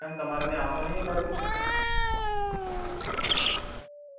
કેમ તમારે ત્યાં આવતો નહીં એ બાજુ